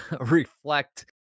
reflect